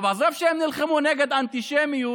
עכשיו, עזוב שהם נלחמו נגד אנטישמיות